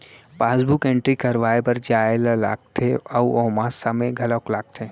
passbook entry करवाए बर जाए ल लागथे अउ ओमा समे घलौक लागथे